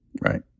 right